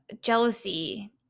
jealousy